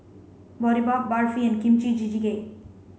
Boribap Barfi and Kimchi jjigae